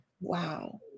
Wow